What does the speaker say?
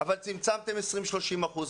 אבל צמצמתם 30-20 אחוזים.